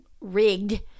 rigged